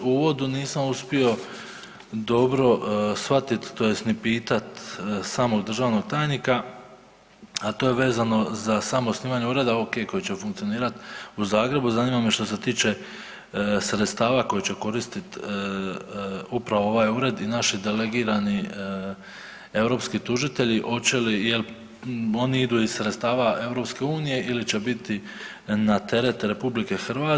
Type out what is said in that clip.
U uvodu nisam uspio dobro shvatiti, tj. ni pitati samog državnog tajnika, a to je vezano za samo osnivanje ureda, oke, koji će funkcionirati u Zagrebu, zanima me što se tiče sredstava koje će koristiti upravo ovaj Ured i naši delegirani europski tužitelji, hoće li, jer oni idu iz sredstava EU ili će biti na teret RH.